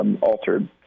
altered